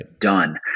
done